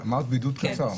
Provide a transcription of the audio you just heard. אמרת בידוד קצר.